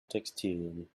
textilien